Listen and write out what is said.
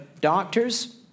doctors